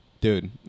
dude